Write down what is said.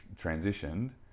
transitioned